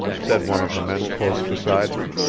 said one of the men close beside me.